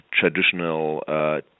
traditional